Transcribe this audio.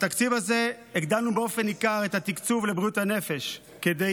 בתקציב הזה הגדלנו באופן ניכר את התקצוב לבריאות הנפש כדי